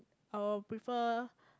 I'll prefer